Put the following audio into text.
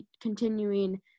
continuing